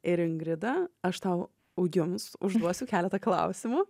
ir ingrida aš tau jums užduosiu keletą klausimų